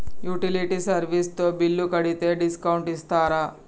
Utility service తో bill కడితే discount ఇస్తరా?